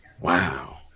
Wow